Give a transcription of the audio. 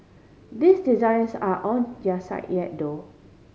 these designs are on their site yet though